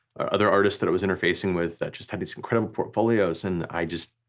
other artists that i was interfacing with that just had these incredible portfolios, and i just